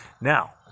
Now